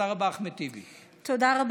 תודה רבה,